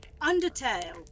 undertale